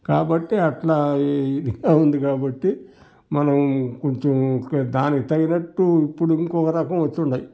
కాబట్టి అట్లా ఇదిగా ఉంది కాబట్టి మనం కొంచెం దానికి తగినట్టు ఇప్పుడు ఇంకోరకం వచ్చుండాయి